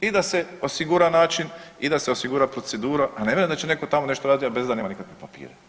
I da se osigura način i da se osigura procedura, a ne vjerujem da će netko tamo nešto raditi, a bez da nema nikakve papire.